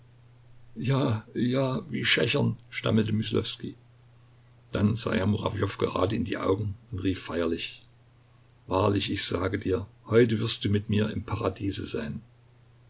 ja ja wie schächern stammelte myslowskij dann sah er murawjow gerade in die augen und rief feierlich wahrlich ich sage dir heute wirst du mit mir im paradiese sein